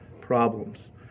problems